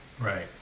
right